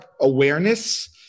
awareness